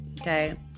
okay